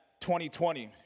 2020